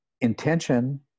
intention